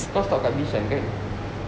kau stop dekat bishan kan